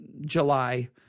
july